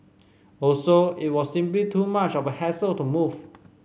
also it was simply too much of a hassle to move